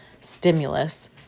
stimulus